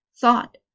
Thought